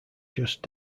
just